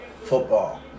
football